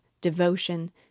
devotion